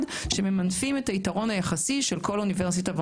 שממנפים את היתרון היחסי של כל אוניברסיטה ואוניברסיטה,